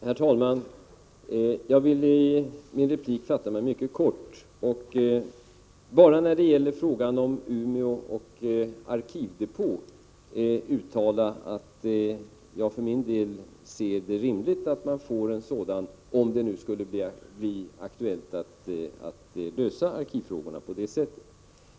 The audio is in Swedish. Herr talman! Jag vill i min replik fatta mig mycket kort och bara när det gäller frågan om Umeå och arkivdepå uttala att jag för min del ser det som rimligt att man får en sådan om det nu skulle bli aktuellt att lösa arkivfrågorna på detta sätt.